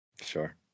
Sure